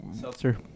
Seltzer